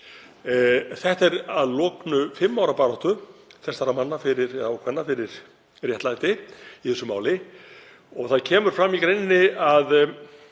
Þetta er að lokinni fimm ára baráttu manna fyrir réttlæti í þessu máli og kemur fram í greininni að